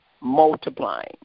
multiplying